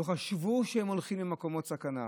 לא חשבו שהם הולכים למקומות סכנה.